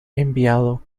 enviado